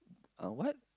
uh what